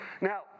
Now